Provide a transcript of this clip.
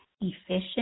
efficient